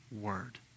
word